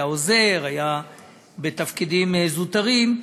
הוא היה עוזר והיה בתפקידים זוטרים,